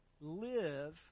live